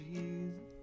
Jesus